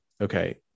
Okay